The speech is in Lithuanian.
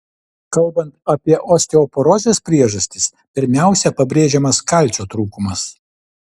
kalbant apie osteoporozės priežastis pirmiausia pabrėžiamas kalcio trūkumas